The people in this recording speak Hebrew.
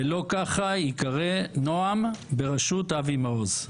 אבל אני מעוניין שהיא תיקרא "נעם - בראשות אבי מעוז",